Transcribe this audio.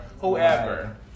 whoever